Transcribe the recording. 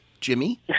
Jimmy